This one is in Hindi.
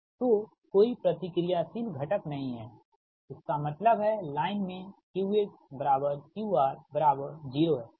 तो कोई प्रतिक्रियाशील घटक नहीं है इसका मतलब है लाइन में QSQR0 हैठीक